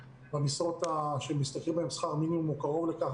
במשרות שבהם הם משתכרים שכר מינימום או קרוב לכך.